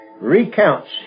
recounts